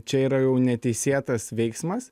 čia yra jau neteisėtas veiksmas